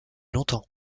longtemps